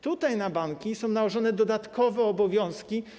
Tutaj na banki są nałożone dodatkowe obowiązki.